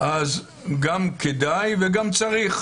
אז גם כדאי וגם צריך